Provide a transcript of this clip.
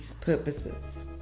purposes